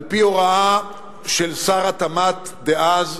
על-פי הוראה של שר התמ"ת דאז,